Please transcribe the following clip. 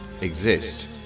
exist